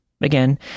Again